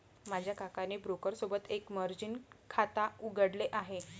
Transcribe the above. माझ्या काकाने ब्रोकर सोबत एक मर्जीन खाता उघडले आहे